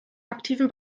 aktiven